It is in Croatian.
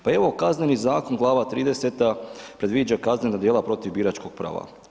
Pa evo, Kazneni zakon, glava 30. predviđa kaznena djela protiv biračkog prava.